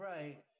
right